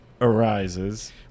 arises